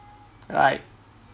right